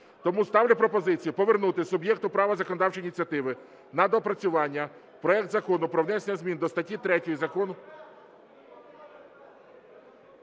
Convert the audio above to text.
Тому ставлю пропозицію повернути суб'єкту права законодавчої ініціативи на доопрацювання проект Закону про внесення змін до статті 3 Закону…